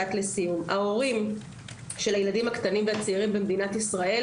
ההורים של הילדים הקטנים והצעירים במדינת ישראל,